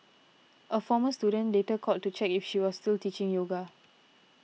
a former student later called to check if she was still teaching yoga